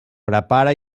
prepara